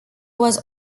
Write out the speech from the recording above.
was